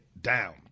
down